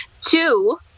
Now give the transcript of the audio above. Two